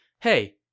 Hey